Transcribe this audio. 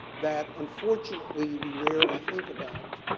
that, unfortunately, we rarely think about.